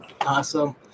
Awesome